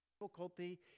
difficulty